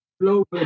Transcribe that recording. global